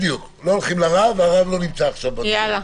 בדיוק, לא הולכים לרב והרב לא נמצא עכשיו בדיון.